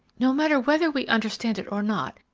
no matter whether we understand it or not,